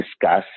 discuss